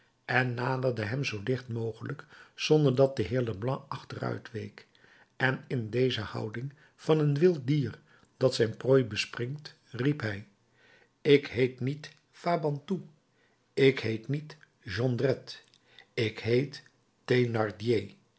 en naderde hem zoo dicht mogelijk zonder dat de heer leblanc achteruit week en in deze houding van een wild dier dat zijn prooi bespringt riep hij ik heet niet fabantou ik heet niet jondrette ik heet